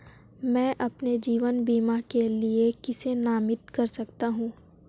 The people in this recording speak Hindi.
मैं अपने जीवन बीमा के लिए किसे नामित कर सकता हूं?